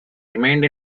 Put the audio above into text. remained